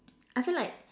I feel like